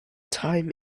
time